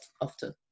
often